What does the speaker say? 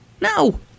No